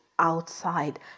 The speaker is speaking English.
outside